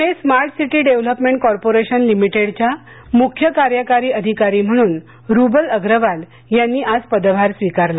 पुणेस्मा सिरी development corporation लिमि डेच्या मुख्य कार्यकारी अधिकारी म्हणून रुबल अग्रवाल यांनी आज पदभार स्वीकारला